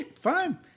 fine